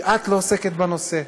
כי את לא עוסקת בנושא,